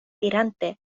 dirante